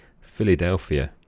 Philadelphia